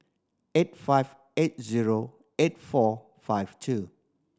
eight five eight zero eight four five two